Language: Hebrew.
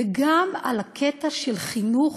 וגם על הקטע של חינוך,